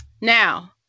Now